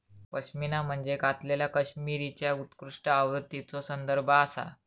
पश्मिना म्हणजे कातलेल्या कश्मीरीच्या उत्कृष्ट आवृत्तीचो संदर्भ आसा